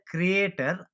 Creator